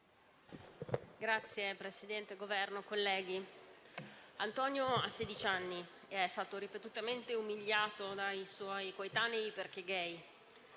signori del Governo, colleghi, Antonio ha sedici anni ed è stato ripetutamente umiliato dai suoi coetanei perché gay.